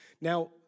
Now